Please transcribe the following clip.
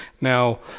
now